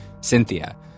Cynthia